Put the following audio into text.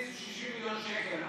שהכניסו 60 מיליון שקלים,